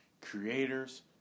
creators